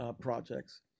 projects